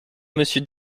monsieur